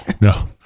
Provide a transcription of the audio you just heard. No